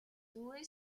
due